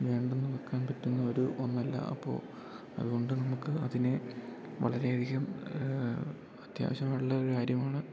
വേണ്ടെന്ന് വെക്കാൻ പറ്റുന്ന ഒരു ഒന്നല്ല അപ്പോ അതുകൊണ്ട് നമുക്ക് അതിനെ വളരെയധികം അത്യാവശ്യം വെള്ള ഒരു കാര്യമാണ്